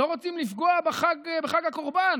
לא רוצים לפגוע בחג הקורבן,